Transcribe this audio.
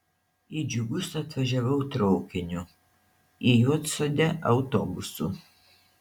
į džiugus atvažiavau traukiniu į juodsodę autobusu